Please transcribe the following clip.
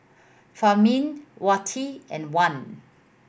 Fahmi Wati and Wan